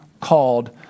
called